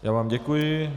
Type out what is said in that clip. Já vám děkuji.